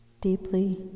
deeply